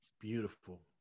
Beautiful